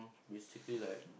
basically like